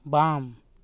बाम